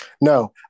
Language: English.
No